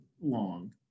long